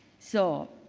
so,